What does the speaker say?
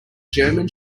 german